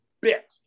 bit